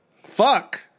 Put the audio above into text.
Fuck